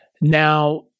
Now